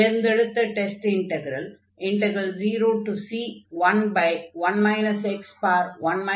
தேர்ந்தெடுத்த test integral 0c11 ndx என்ற integral ஆகும்